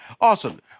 Awesome